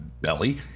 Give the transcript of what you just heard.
belly